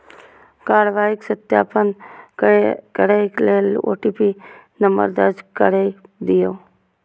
कार्रवाईक सत्यापन करै लेल ओ.टी.पी नंबर दर्ज कैर दियौ